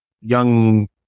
young